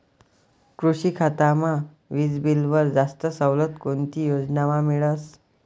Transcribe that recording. कृषी खातामा वीजबीलवर जास्त सवलत कोणती योजनामा मिळस?